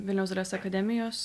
vilniaus dailės akademijos